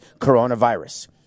coronavirus